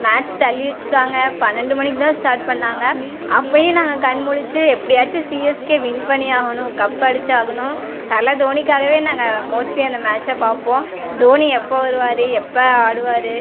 match தள்ளி வச்சிட்டாங்க பன்னெண்டு மணிக்கு தான் ஸ்டார்ட் பண்ணாங்க அப்போயும் நாங்கள் கண் முழித்து எப்படியாச்சும் சிஎஸ்கே வின் பண்ணி ஆகணும் கப்படிச்சாகணும் தலை தோனிக்காகவே நாங்கள் மோஸ்ட்லி அந்த மேட்ச்சை பார்ப்போம் தோனி எப்போ வருவார் எப்போ ஆடுவார்